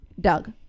Doug